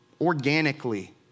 organically